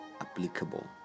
applicable